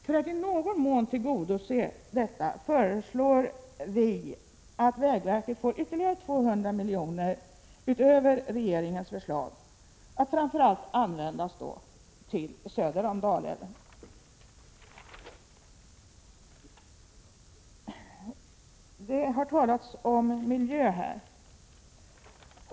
För att i någon mån tillgodose detta föreslår vi att vägverket får ytterligare 200 miljoner utöver regeringens förslag, att framför allt användas söder om Dalälven. Det har talats om miljö här.